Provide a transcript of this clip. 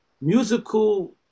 musical